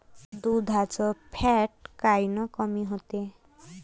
दुधाचं फॅट कायनं कमी होते?